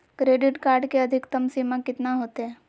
Credit card के अधिकतम सीमा कितना होते?